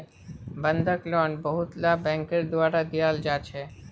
बंधक लोन बहुतला बैंकेर द्वारा दियाल जा छे